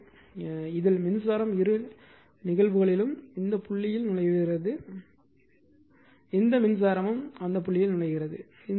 எனவே இதில் மின்சாரம் இரு நிகழ்வுகளும் புள்ளியில் நுழைகிறது இந்த மின்சாரமும் அந்த புள்ளியில் நுழைகிறது